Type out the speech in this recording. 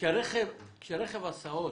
כשרכב הסעות